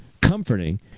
comforting